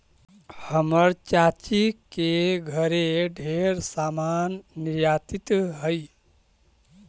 हमर चाची के घरे ढेर समान निर्यातित हई